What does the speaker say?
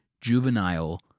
juvenile